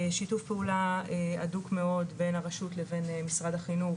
שיתוף פעולה הדוק מאוד בין הראשות לבין משרד החינוך,